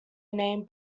name